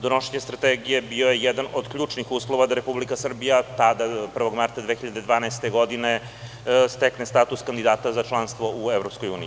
Donošenje Strategije bio je jedan od ključnih uslova da Republika Srbija tada, 1. marta 2012. godine, stekne status kandidata za članstvo u EU.